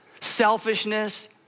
selfishness